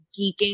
geeking